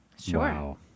sure